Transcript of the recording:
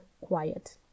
quiet